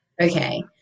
okay